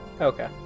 Okay